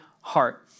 heart